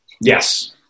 Yes